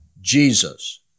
Jesus